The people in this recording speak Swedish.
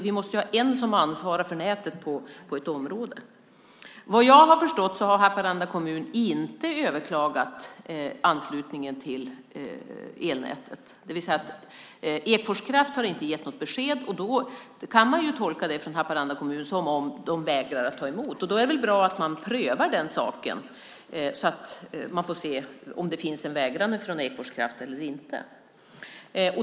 Vi måste ju ha en som ansvarar för nätet i ett område. Såvitt jag har förstått har Haparanda kommun inte överklagat anslutningen till elnätet, det vill säga att Ekfors Kraft inte har gett något besked. Då kan man tolka det från Haparanda kommuns sida som om de vägrar att ta emot. I så fall är det väl bra att man prövar den saken så att man får se om det finns en vägran från Ekfors Kraft eller inte.